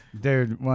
Dude